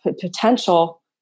potential